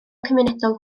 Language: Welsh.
cymunedol